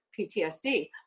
PTSD